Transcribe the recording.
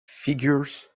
figures